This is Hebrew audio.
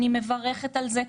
ואני מברכת על זה.